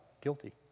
guilty